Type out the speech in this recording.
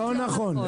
לא נכון.